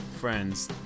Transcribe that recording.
friends